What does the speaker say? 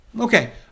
okay